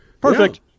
Perfect